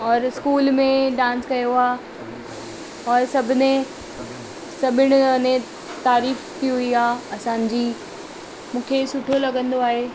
और स्कूल में डांस कयो आहे और सभिनि सभिनि अने तारीफ़ की हुई आहे असांजी मूंखे सुठो लॻंदो आहे